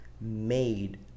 made